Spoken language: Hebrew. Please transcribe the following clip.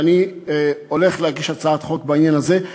ואני הולך להגיש הצעת חוק בעניין הזה,